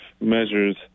measures